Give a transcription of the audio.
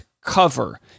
cover